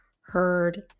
heard